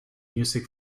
music